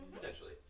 Potentially